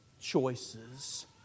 choices